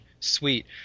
Sweet